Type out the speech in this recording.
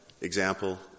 example